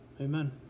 Amen